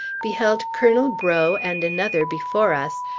beheld colonel breaux and another before us,